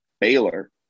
Baylor